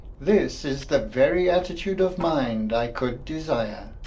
this is the very attitude of mind i could desire.